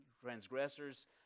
transgressors